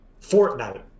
Fortnite